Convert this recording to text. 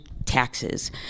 taxes